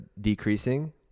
decreasing